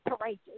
courageous